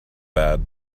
bad